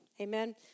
Amen